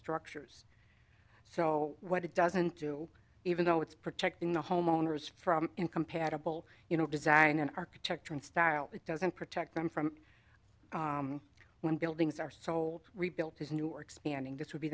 structures so what it doesn't do even though it's protecting the homeowners from incompatible you know design and architecture and style it doesn't protect them from when buildings are sold rebuilt is newer expanding this would be